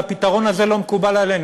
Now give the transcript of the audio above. והפתרון הזה לא מקובל עלינו,